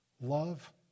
Love